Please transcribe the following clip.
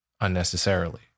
unnecessarily